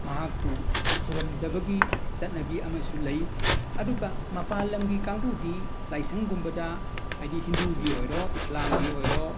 ꯃꯍꯥꯛꯄꯨ ꯈꯨꯔꯝꯖꯕꯒꯤ ꯆꯠꯅꯕꯤ ꯑꯃꯁꯨ ꯂꯩ ꯑꯗꯨꯒ ꯃꯄꯥꯟ ꯂꯝꯒꯤ ꯀꯥꯡꯕꯨꯗꯤ ꯂꯥꯏꯁꯪꯒꯨꯝꯕꯗ ꯍꯥꯏꯗꯤ ꯍꯤꯟꯗꯨꯒꯤ ꯑꯣꯏꯔꯣ ꯏꯁꯂꯥꯝꯒꯤ ꯑꯣꯏꯔꯣ